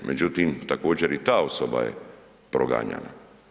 Međutim, također i ta osoba je proganjana.